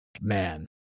man